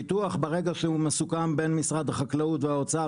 ביטוח ברגע שהוא מסוכם בין משרד החקלאות והאוצר,